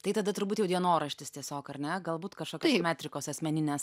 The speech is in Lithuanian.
tai tada turbūt jau dienoraštis tiesiog ar ne galbūt kažkokios metrikos asmeninės